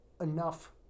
enough